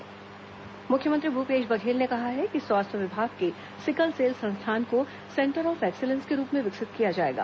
मुख्यमंत्री sickle cell मुख्यमंत्री भूपेश बघेल ने कहा है कि स्वास्थ्य विभाग के सिकल सेल संस्थान को सेंटर ऑफ एक्सीलेंस के रूप में विकसित किया जाएगा